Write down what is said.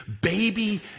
baby